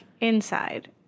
inside